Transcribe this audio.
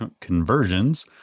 conversions